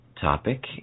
topic